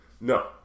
No